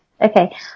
Okay